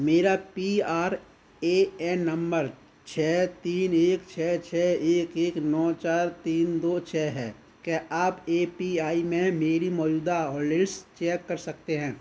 मेरा P R A N number छः तीन एक छः छः एक एक नौ चार तीन दो छः है क्या आप ए पी आई में मेरी मौजूदा होल्डिग्स चेक कर सकते हैं